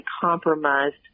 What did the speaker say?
compromised